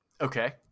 Okay